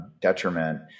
detriment